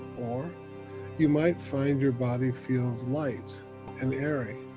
or you might find your body feels light and airy,